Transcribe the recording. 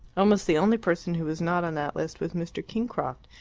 almost the only person who was not on that list was mr. kingcroft,